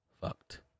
fucked